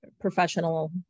professional